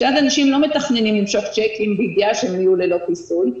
שאז האנשים לא מתכננים למשוך צ'קים בידיעה שהם יהיו ללא כיסוי.